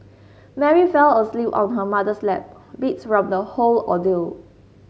Mary fell asleep on her mother's lap beat from the whole ordeal